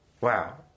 Wow